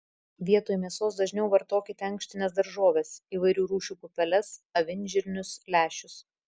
vietoj mėsos dažniau vartokite ankštines daržoves įvairių rūšių pupeles avinžirnius lęšius